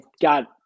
got